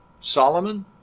Solomon